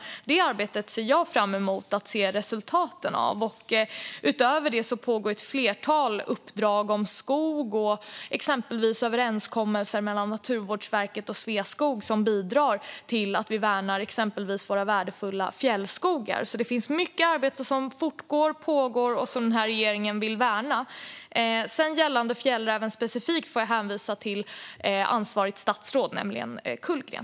Jag ser fram emot resultaten av det arbetet. Det pågår även ett flertal uppdrag när det gäller skog, exempelvis överenskommelser mellan Naturvårdsverket och Sveaskog som bidrar till att värna våra värdefulla fjällskogar. Det finns alltså mycket arbete som fortgår och pågår och som regeringen vill värna. När det gäller fjällräven specifikt får jag hänvisa till ansvarigt statsråd, som är Kullgren.